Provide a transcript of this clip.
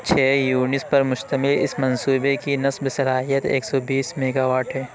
چھ یونٹس پر مشتمل اس منصوبے کی نصب صلاحیت ایک سو بیس میگا واٹ ہے